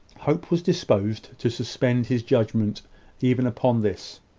hope was disposed to suspend his judgment even upon this.